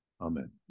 Amen